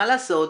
מה לעשות?